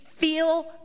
feel